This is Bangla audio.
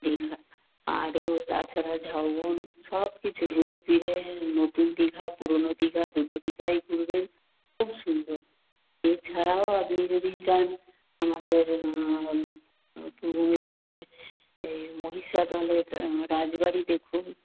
দীঘা আরও তাছাড়া ঝাউবন সব কিছু ঘুরে ফিরে নতুন দীঘা পুরনো দীঘা দুটো দীঘাই ঘুরবেন খুব সুন্দর এছাড়াও আপনি যদি চান আমাদের পূর্ব মেদিনীপুরে মহিষাদলের রাজবাড়ি দেখুন